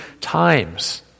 times